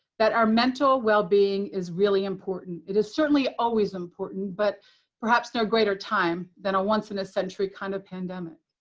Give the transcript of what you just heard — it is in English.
that our mental well-being is really important. it is certainly always important, but perhaps no greater time than a once-in-a-century kind of pandemic.